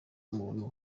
umuntu